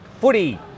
Footy